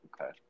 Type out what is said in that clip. Okay